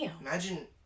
Imagine